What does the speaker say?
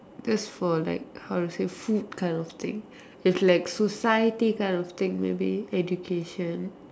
that's for like how to say food kind of thing if like society kind of thing maybe education